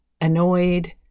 annoyed